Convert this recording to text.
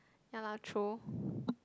ya lah true